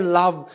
love